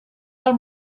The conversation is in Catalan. del